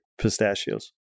pistachios